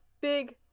Big